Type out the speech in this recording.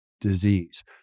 disease